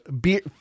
Beer